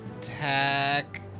attack